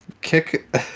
kick